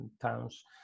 towns